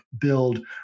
build